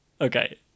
Okay